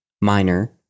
minor